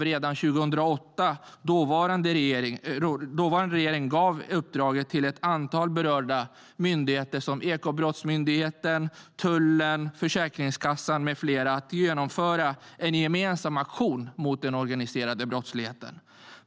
Redan 2008 gav dåvarande regeringen ett uppdrag till ett antal berörda myndigheter - Ekobrottsmyndigheten, Tullverket, Försäkringskassan med flera - att genomföra en gemensam aktion mot den organiserade brottsligheten.